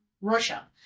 Russia